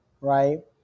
Right